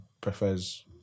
prefers